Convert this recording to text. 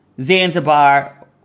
Zanzibar